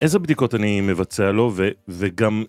איזה בדיקות אני מבצע לו וגם...